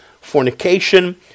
fornication